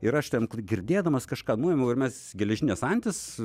ir aš ten kur girdėdamas kažką nuėmiau ir mes geležines antis